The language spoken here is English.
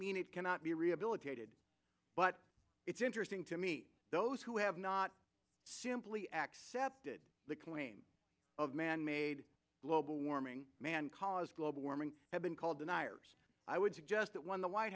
mean it cannot be rehabilitated but it's interesting to me those who have not simply accepted the claims of manmade global warming man caused global warming have been called deniers i would suggest that when the white